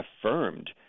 affirmed